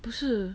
不是